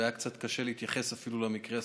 והיה קצת קשה להתייחס למקרה הספציפי.